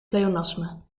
pleonasme